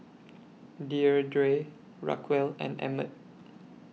Deirdre Raquel and Emmet